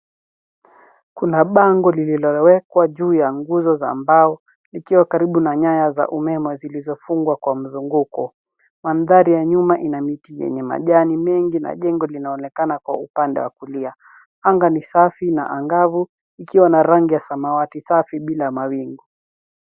Kuna bango lililowekwa juu ya nguzo za mbao likiwa karibu na nyaya za umeme zilizofungwa kwa mzunguko. Mandhari ya nyuma ina miti yenye majani mengi na jengo linaonekana kwa upande wa kulia. Anga ni safi na angavu ikiwa na rangi ya samawati safi bila mawingu.